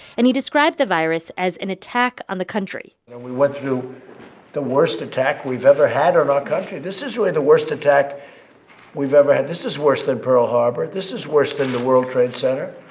and he described the virus as an attack on the country we went through the worst attack we've ever had on our country. this is really the worst attack we've ever had. this is worse than pearl harbor. this is worse than the world trade center.